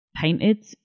painted